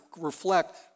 reflect